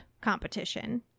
competition